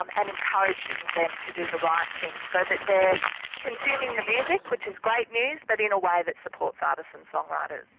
um and encouraging them to do the right thing. so that they're consuming the music, which is great news, but in a way that supports artists and songwriters.